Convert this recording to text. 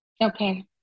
Okay